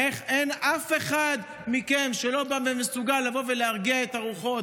איך אין אף אחד מכם שמסוגל להרגיע את הרוחות?